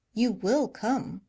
you will come,